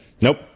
nope